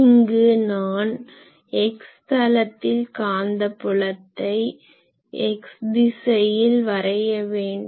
இங்கு நான் x தளத்தில் காந்த புலத்தை x திசையில் வரைய வேண்டும்